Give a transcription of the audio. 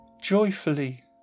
joyfully